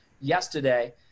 yesterday